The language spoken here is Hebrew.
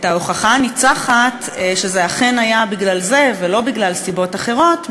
את ההוכחה הניצחת שזה אכן היה בגלל זה ולא בגלל סיבות אחרות,